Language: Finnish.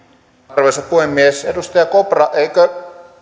arvoisa puhemies edustaja kopra eikö